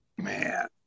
Man